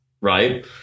right